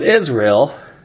Israel